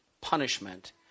punishment